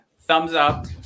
thumbs-up